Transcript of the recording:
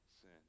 sin